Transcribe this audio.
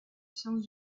sciences